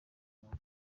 muntu